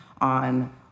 on